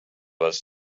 was